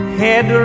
head